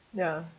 ya